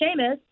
Seamus